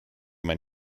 mein